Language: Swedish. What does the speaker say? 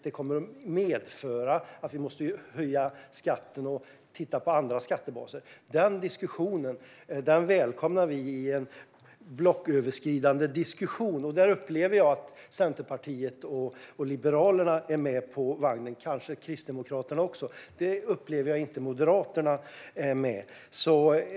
Det kommer att medföra att vi måste höja andra skatter och titta på andra skattebaser. Vi välkomnar en blocköverskridande diskussion om detta. Där upplever jag att Centerpartiet och Liberalerna är med på vagnen, och kanske Kristdemokraterna också. Men jag upplever inte att Moderaterna är med.